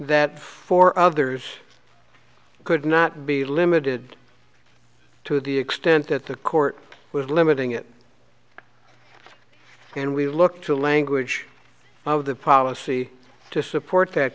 that for others it could not be limited to the extent that the court was limiting it and we look to the language of the policy to support that